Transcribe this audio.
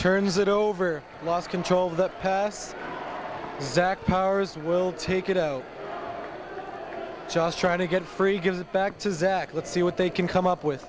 turns it over lost control of the pass zach powers will take it just trying to get free gives it back to zach let's see what they can come up with